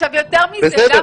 יותר מזה,